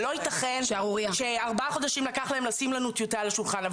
זה לא יתכן שארבעה חודשים לקח להם לשים לנו טיוטה על השולחן.